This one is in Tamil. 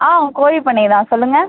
ஆ கோழிப் பண்ணை தான் சொல்லுங்கள்